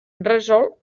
resol